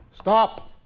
Stop